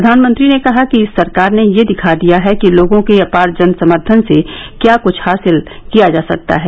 प्रधानमंत्री ने कहा कि इस सरकार ने यह दिखा दिया है कि लोगों के अपार जन समर्थन से क्या कुछ हासिल किया जा सकता है